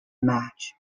match